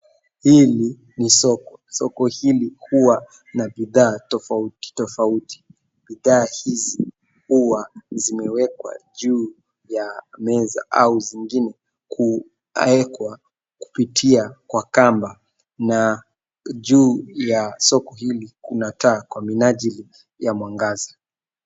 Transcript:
Hili ni soko. Soko hili huwa na bidhaa tofauti tofauti. Bidhaa hizi huwa zimewekwa juu ya meza au zingine kuwekwa kupitia kwa kamba na juu ya soko hili kuna taa kwa minajili ya mwangaza.